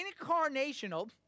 Incarnational